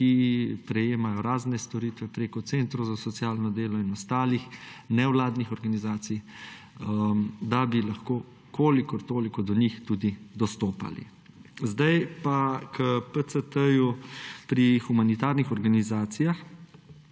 ki prejemajo razne storitve preko centrov za socialno delo in ostalih nevladnih organizacij, da bi lahko kolikor toliko do njih tudi dostopali. Zdaj pa k PCT-ju pri humanitarnih organizacijah.